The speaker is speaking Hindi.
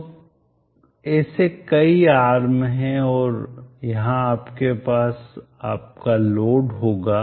तो ऐसे कई आर्म हैं और यहां आपके पास आपका लोड होगा